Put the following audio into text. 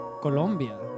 Colombia